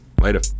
Later